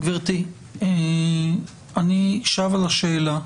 גבירתי, אני שב על השאלה.